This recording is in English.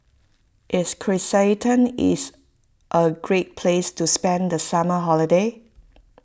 is Kyrgyzstan is a great place to spend the summer holiday